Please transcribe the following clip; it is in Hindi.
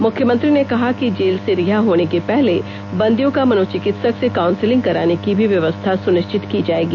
मुख्यमंत्री ने कहा कि जेल से रिहा होने के पहले बंदियों का मनोचिकित्सक से काउंसिलंग कराने की भी व्यवस्था सुनिश्चित की जाएगी